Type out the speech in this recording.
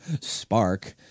spark